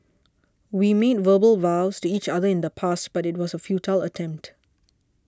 we made verbal vows to each other in the past but it was a futile attempt